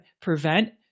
prevent